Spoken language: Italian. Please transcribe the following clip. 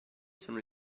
sono